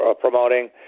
promoting